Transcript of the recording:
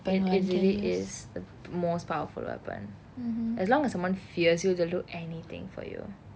it it really is the most powerful weapon as long as someone fears you they will do anything for you